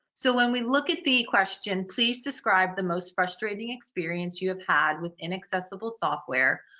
so when we look at the question, please describe the most frustrating experience you have had with inaccessible software,